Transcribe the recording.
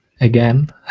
again